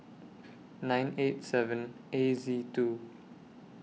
nine eight seven A Z two